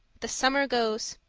the summer goes.